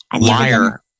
Liar